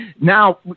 now